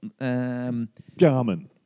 Garmin